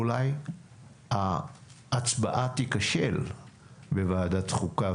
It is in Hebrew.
אולי ההצבעה תיכשל בוועדת החוקה,